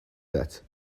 that